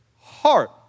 heart